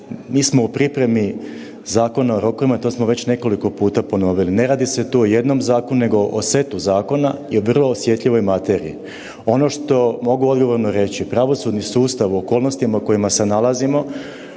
mi smo u pripremi zakona o rokovima i to smo već nekoliko puta ponovili. Ne radi se tu o jednom zakonu nego o setu zakona i o vrlo osjetljivoj materiji. Ono što mogu odgovorno reći, pravosudni sustav u okolnostima u kojima se nalazimo